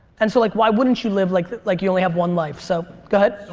and so like why wouldn't you live like like you only have one life. so go ahead.